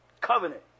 Covenant